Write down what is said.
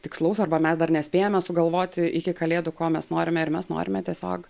tikslaus arba mes dar nespėjome sugalvoti iki kalėdų ko mes norime ir mes norime tiesiog